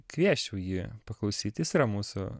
kviesčiau jį paklausyt jis yra mūsų